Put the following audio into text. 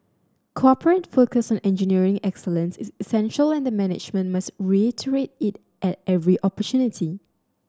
corporate focus on engineering excellence is essential and the management must reiterate it at every opportunity